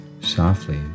Softly